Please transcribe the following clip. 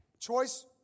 Choice